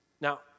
Now